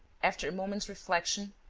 after a moment's reflection,